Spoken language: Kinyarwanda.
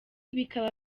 bikaba